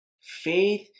Faith